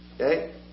Okay